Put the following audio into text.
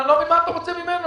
אני לא מבין מה אתה רוצה ממנו.